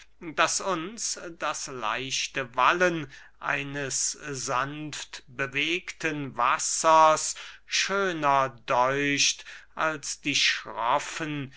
daß uns das leichte wallen eines sanftbewegten wassers schöner däucht als die schroffen